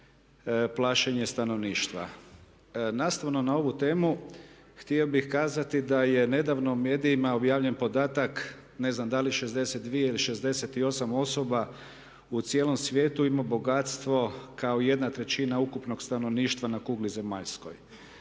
plašenje stanovništva. Nastavno na ovu temu htio bih kazati da je nedavno u medijima objavljen podatak ne znam da li 62 ili 68 osoba u cijelom svijetu ima bogatstvo kao jedna trećina ukupnog stanovništva na kugli zemaljskoj.